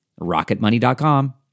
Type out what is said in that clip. Rocketmoney.com